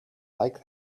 like